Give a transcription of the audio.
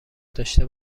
داشته